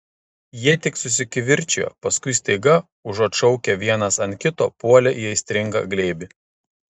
jie tik susikivirčijo paskui staiga užuot šaukę vienas ant kito puolė į aistringą glėbį